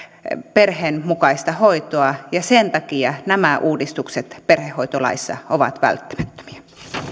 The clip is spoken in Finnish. perheenmukaista hoitoa ja sen takia nämä uudistukset perhehoitolaissa ovat välttämättömiä